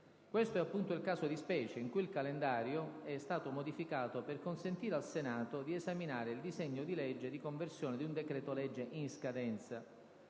Questo è appunto il caso di specie, in cui il calendario è stato modificato per consentire al Senato di esaminare il disegno di legge di conversione di un decreto-legge in scadenza.